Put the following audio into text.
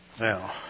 Now